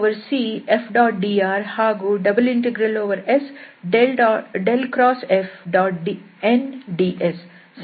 CF⋅dr ಹಾಗೂ ∬S∇×Fnds ಸಮನಾಗಿವೆ ಎಂಬುದೇ ಈ ಪ್ರಮೇಯದ ಹೇಳಿಕೆ